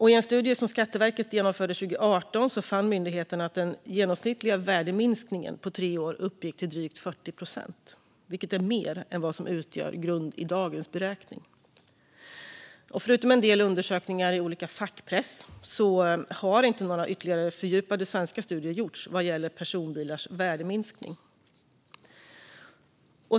I en studie som Skatteverket genomförde 2018 fann myndigheten att den genomsnittliga värdeminskningen på tre år uppgick till drygt 40 procent, vilket är mer än vad som utgör grund i dagens beräkning. Förutom en del olika undersökningar i fackpress har inga ytterligare fördjupade svenska studier gjorts vad gäller personbilars värdeminskning.